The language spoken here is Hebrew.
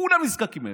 כולם נזקקים להם.